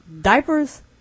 diapers